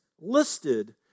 listed